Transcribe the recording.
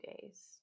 days